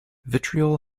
vitriol